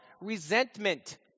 Resentment